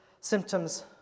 symptoms